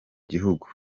gihugu